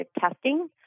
testing